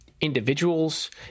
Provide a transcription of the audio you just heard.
individuals